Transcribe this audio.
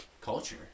culture